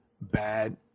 bad